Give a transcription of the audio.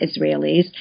Israelis